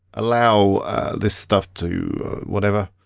allow this stuff to whatever.